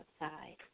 outside